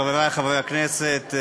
חברי חברי הכנסת,